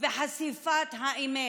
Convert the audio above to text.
וחשיפת האמת.